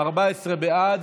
14 בעד.